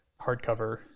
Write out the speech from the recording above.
hardcover